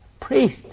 priest